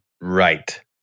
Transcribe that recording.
Right